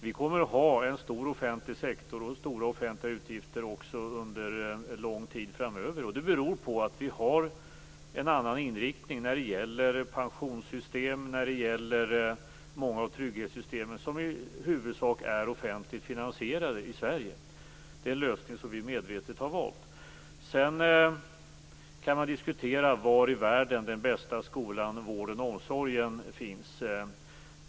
Vi kommer att ha en stor offentlig sektor och stora offentliga utgifter också under en lång tid framöver. Detta beror på att vi har en annan inriktning när det gäller pensionssystemet och många av trygghetssystemen, som i huvudsak är offentligt finansierade i Sverige. Det är en lösning som vi medvetet har valt. Man kan diskutera var i världen den bästa skolan, vården och omsorgen finns.